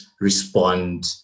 respond